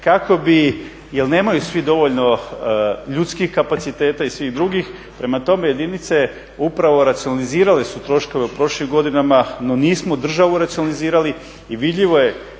kako bi, jel nemaju svi dovoljno ljudskih kapaciteta i svih drugih, prema tome jedinice upravo racionalizirale su troškove u prošlim godinama no nismo državu racionalizirali i vidljivo je